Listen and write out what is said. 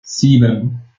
sieben